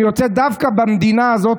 אני רוצה דווקא במדינה הזאת,